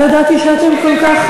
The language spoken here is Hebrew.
לא ידעתי שאתם כל כך,